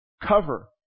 cover